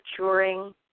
maturing